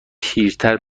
پیرتر